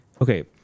Okay